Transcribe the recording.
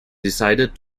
decided